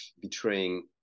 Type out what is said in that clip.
betraying